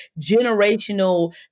Generational